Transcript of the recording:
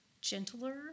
gentler